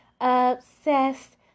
obsessed